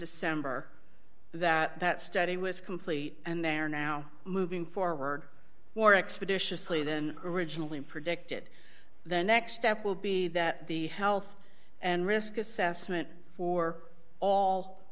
december that that study was complete and they are now moving forward more expeditiously than originally predicted the next step will be that the health and risk assessment for all